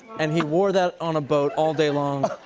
and he wore that on a boat all day long.